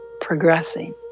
progressing